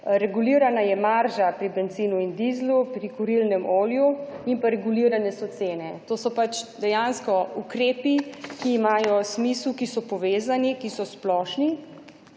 Regulirana je marža pri bencinu in dizlu, pri kurilnem olju in pa regulirane so cene. Tto so pač dejansko ukrepi, ki imajo smisel, ki so povezani, ki so splošni.